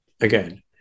Again